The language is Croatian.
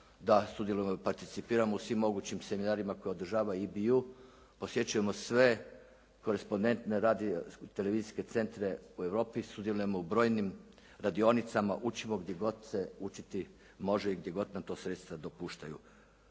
da sudjelujemo i participiramo u svim mogućim seminarima koje održava IBU, posjećujemo sve korespondentne radio i televizijske centre u Europi, sudjelujemo u brojnim radionicama, učimo gdje god se učiti može i gdje god nam to sredstva dopuštaju.